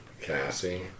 Cassie